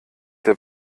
der